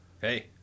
Hey